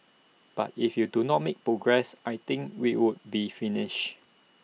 but if you do not make progress I think we would be finished